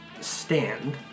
Stand